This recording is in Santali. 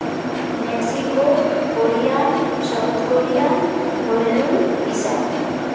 ᱢᱮᱠᱥᱤᱠᱳ ᱠᱳᱨᱤᱭᱟᱱ ᱥᱟᱣᱩᱛᱷ ᱠᱳᱨᱤᱭᱟᱱ ᱦᱩᱞᱞᱩᱞ ᱯᱤᱥᱟ